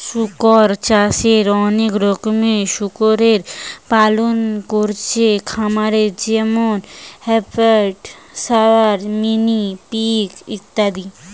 শুকর চাষে অনেক রকমের শুকরের পালন কোরছে খামারে যেমন হ্যাম্পশায়ার, মিনি পিগ ইত্যাদি